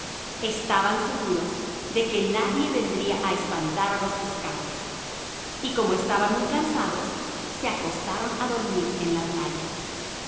estaban seguros de que nadie vendría a espantar los peces y como estaban muy cansados se acostaron a dormir en la playa